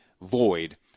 void